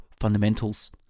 fundamentals